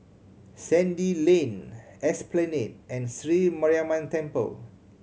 Sandy Lane Esplanade and Sri Mariamman Temple